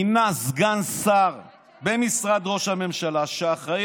מינה סגן שר במשרד ראש הממשלה שאחראי